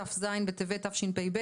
ט"ז בטבת תשפ"ב,